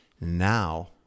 now